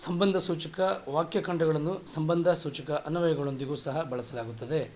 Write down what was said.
ಸಂಬಂಧ ಸೂಚಕ ವಾಕ್ಯಖಂಡಗಳನ್ನು ಸಂಬಂಧ ಸೂಚಕ ಅನ್ವಯಗಳೊಂದಿಗೂ ಸಹ ಬಳಸಲಾಗುತ್ತದೆ